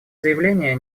заявления